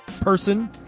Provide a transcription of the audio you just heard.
person